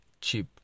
cheap